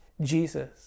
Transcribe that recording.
Jesus